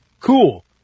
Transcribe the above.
cool